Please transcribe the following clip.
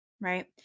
Right